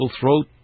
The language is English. throat